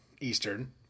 Eastern